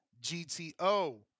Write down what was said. G-T-O